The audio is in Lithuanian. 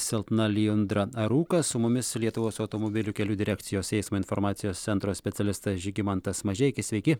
silpna lijundra rūkas su mumis lietuvos automobilių kelių direkcijos eismo informacijos centro specialistas žygimantas mažeikis sveiki